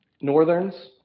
northerns